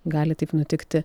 gali taip nutikti